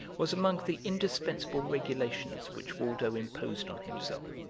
was among the indispensable regulations which waldo imposed on himself,